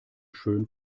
schön